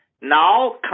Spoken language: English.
Now